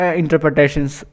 interpretations